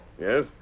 Yes